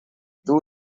dur